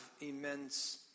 immense